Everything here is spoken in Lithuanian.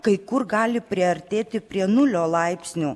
kai kur gali priartėti prie nulio laipsnių